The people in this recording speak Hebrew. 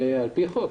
זה על פי חוק.